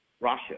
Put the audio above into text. Russia